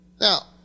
Now